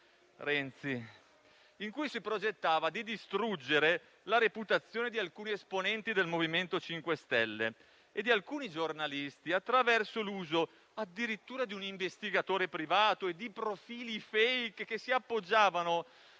Renzi, in cui si progettava di distruggere la reputazione di alcuni esponenti del MoVimento 5 Stelle e di alcuni giornalisti addirittura attraverso l'uso di un investigatore privato e di profili *fake* che si appoggiavano